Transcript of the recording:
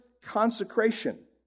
consecration